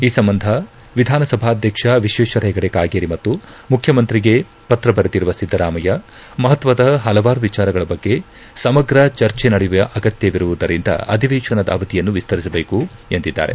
ಈ ಸಂಬಂಧ ವಿಧಾನಸಭಾಧ್ಯಕ್ಷ ವಿಶ್ವೇಶ್ವರ ಹೆಗಡೆ ಕಾಗೇರಿ ಮತ್ತು ಮುಖ್ಯಮಂತ್ರಿಗೆ ಪತ್ರ ಬರೆದಿರುವ ಸಿದ್ದರಾಮಯ್ಯ ಮಹತ್ವದ ಹಲವಾರು ವಿಚಾರಗಳ ಬಗ್ಗೆ ಸಮಗ್ರವಾಗಿ ಚರ್ಚೆ ನಡೆಯುವ ಅಗತ್ಯವಿರುವುದರಿಂದ ಅಧಿವೇಶನದ ಅವಧಿಯನ್ನು ವಿಸ್ತರಿಸಬೇಕು ಎಂದಿದ್ದಾರೆ